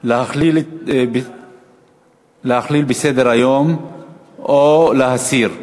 אם לכלול בסדר-היום או להסיר,